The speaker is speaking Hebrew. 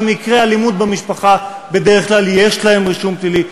במקרי אלימות במשפחה בדרך כלל יש להם רישום פלילי,